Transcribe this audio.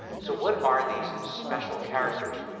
so what are these special characters?